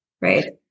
right